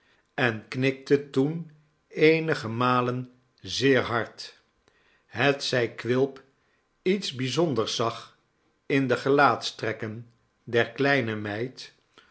en knikte toen eenige malen zeer hard hetzij quilp iets bijzonders zag in de gelaatstrekken der kleine meid